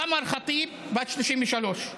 סמר ח'טיב, בת 33,